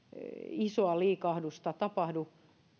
isoa liikahdusta tapahdu